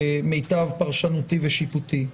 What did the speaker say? למיטב פרשנותי ושיפוטי: